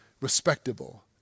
respectable